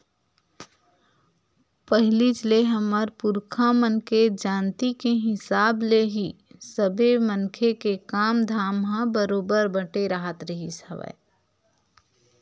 पहिलीच ले हमर पुरखा मन के जानती के हिसाब ले ही सबे मनखे के काम धाम ह बरोबर बटे राहत रिहिस हवय